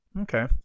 okay